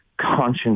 conscience